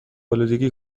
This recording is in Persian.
آلودگی